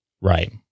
Right